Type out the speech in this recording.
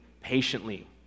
patiently